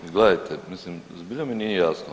Gledajte, mislim, zbilja mi nije jasno.